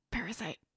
parasite